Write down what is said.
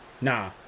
Nah